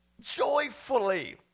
Joyfully